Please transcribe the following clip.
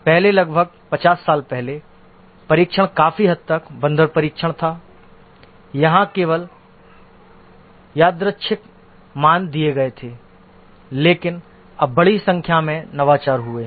पहले लगभग 50 साल पहले परीक्षण काफी हद तक बंदर परीक्षण था जहां केवल यादृच्छिक मान दिए गए थे लेकिन अब बड़ी संख्या में नवाचार हुए हैं